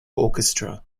orchestra